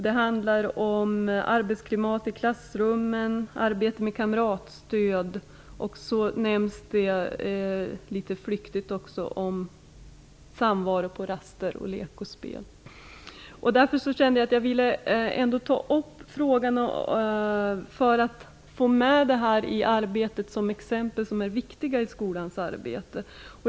Det handlade om arbetsklimat i klassrummen och arbete med kamratstöd. Dessutom nämndes litet flyktigt samvaron på raster, lek och spel. Därför kände jag att jag ville ta upp frågan om skolgårdarna för att få med dem som exempel på sådant som är viktigt i skolans arbete.